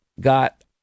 got